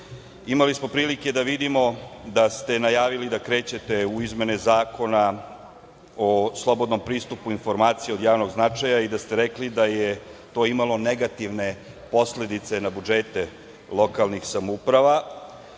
smo prilike da vidimo da ste najavili da krećete u izmene Zakona o slobodnom pristupu informacijama od javnog značaja i da ste rekli da je to imalo negativne posledice na budžete lokalnih samouprava,